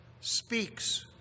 Speaks